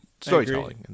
storytelling